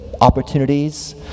opportunities